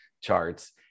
charts